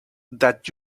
that